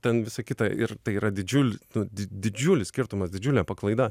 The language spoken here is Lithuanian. ten visa kita ir tai yra didžiulis di didžiulis skirtumas didžiulė paklaida